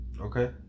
Okay